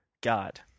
God